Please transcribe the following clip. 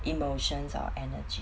emotions our energy